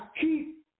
keep